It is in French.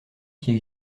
qui